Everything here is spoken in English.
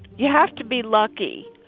you have to be lucky.